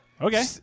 Okay